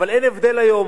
אבל אין הבדל היום,